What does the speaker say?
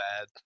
bad